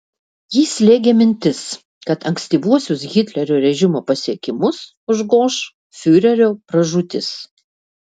jį slėgė mintis kad ankstyvuosius hitlerio režimo pasiekimus užgoš fiurerio pražūtis